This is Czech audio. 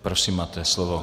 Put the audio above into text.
Prosím, máte slovo.